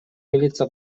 милиция